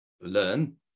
learn